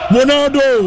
Ronaldo